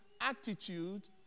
attitude